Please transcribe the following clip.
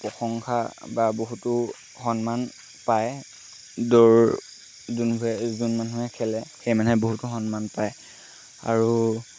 প্ৰশংসা বা বহুতো সন্মান পায় দৌৰ যোনবোৰে যোন মানুহে খেলে সেই মানুহে বহুতো সন্মান পায় আৰু